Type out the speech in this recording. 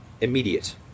immediate